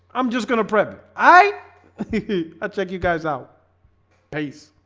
i'm just gonna prep i i'll check you guys out pace